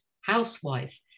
housewife